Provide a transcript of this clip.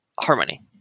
Harmony